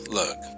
look